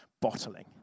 bottling